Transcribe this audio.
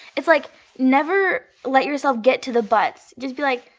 it's like never let yourself get to the buts. just be like,